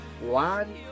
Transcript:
one